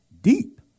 deep